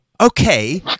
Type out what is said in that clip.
okay